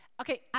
Okay